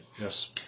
Yes